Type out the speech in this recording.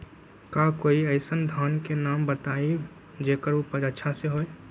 का कोई अइसन धान के नाम बताएब जेकर उपज अच्छा से होय?